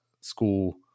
school